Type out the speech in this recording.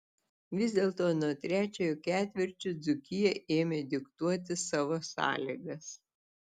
vis dėlto nuo trečiojo ketvirčio dzūkija ėmė diktuoti savo sąlygas